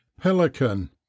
Pelican